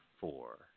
four